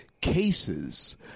cases